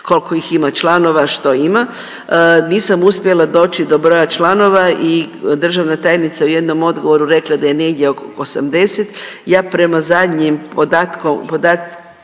koliko ih ima članova, što ima. Nisam uspjela doći do broja članova i državna tajnica u jednom odgovoru rekla da je negdje oko 80. Ja prema zadnji podatku